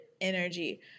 energy